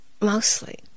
mostly